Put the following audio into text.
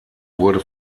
wurde